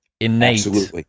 innate